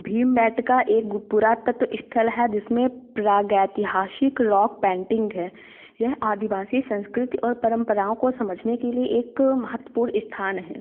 भीमबेटका एक पुरातत्व स्थल है जिसमें प्रागैतिहासिक रॉक पैंटिंग है यह आदिवासी संस्कृति और परंपराओं को समझने के लिए एक महत्वपूर्ण स्थान है